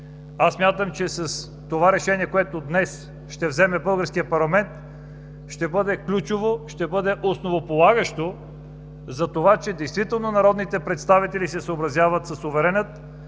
Смятам, че с решението, което ще вземе днес българският парламент, ще бъде ключово, ще бъде основополагащо, че действително народните представители се съобразяват със суверена